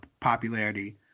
popularity